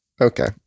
Okay